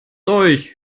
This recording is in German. euch